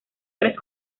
tres